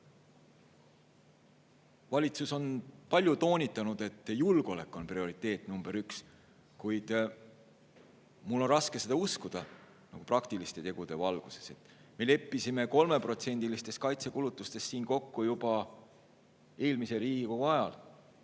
Valitsus on palju toonitanud, et julgeolek on prioriteet, kuid mul on raske seda uskuda, eelkõige praktiliste tegude valguses. Me leppisime 3%‑listes kaitsekulutustes siin kokku juba eelmise Riigikogu ajal,